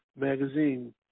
magazine